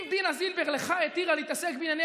אם דינה זילבר התירה לך להתעסק בענייני